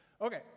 Okay